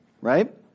right